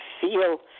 feel